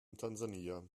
tansania